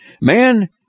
Man